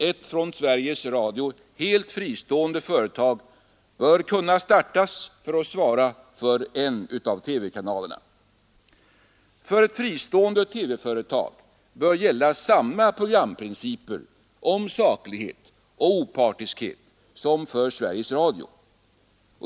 Ett från Sveriges Radio helt fristående företag bör kunna startas för att svara för en av TV-kanalerna. För ett fristående TV-företag bör gälla samma programprinciper om saklighet och opartiskhet som för Sveriges Radio.